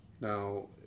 Now